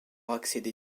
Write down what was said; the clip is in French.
accéder